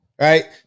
Right